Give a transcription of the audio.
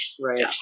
Right